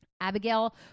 Abigail